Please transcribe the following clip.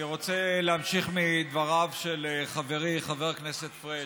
אני רוצה להמשיך מדבריו של חברי חבר הכנסת פריג'.